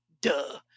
duh